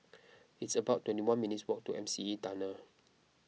it's about twenty one minutes' walk to M C E Tunnel